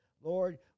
Lord